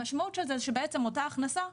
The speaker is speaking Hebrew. המשמעות של זה שבעצם אותה הכנסה,